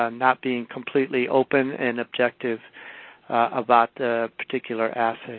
ah not being completely open and objective about the particular assay.